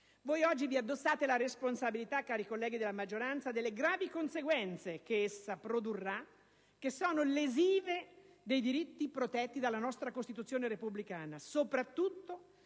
Voi oggi vi addossate la responsabilità - cari colleghi della maggioranza - delle gravi conseguenze che essa produrrà, che sono lesive dei diritti protetti dalla nostra Costituzione repubblicana, soprattutto